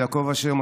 יעקב אשר,